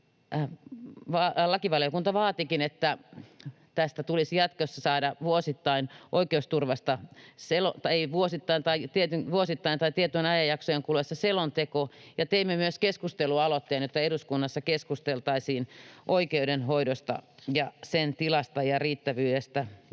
Lakivaliokunta vaatikin, että tulisi jatkossa saada oikeusturvasta vuosittain — tai tietyn ajanjakson kuluessa — selonteko. Teimme myös keskustelualoitteen, että eduskunnassa keskusteltaisiin oikeudenhoidosta ja sen tilasta ja riittävyydestä ja resursseista.